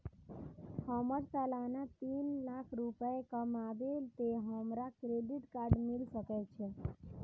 हमर सालाना तीन लाख रुपए कमाबे ते हमरा क्रेडिट कार्ड मिल सके छे?